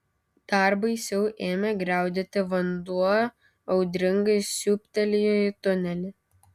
dar baisiau ėmė griaudėti vanduo audringai siūbtelėjo į tunelį